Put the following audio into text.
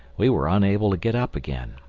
we were unable to get up again.